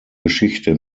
geschichte